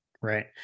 right